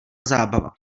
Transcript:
zábava